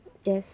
yes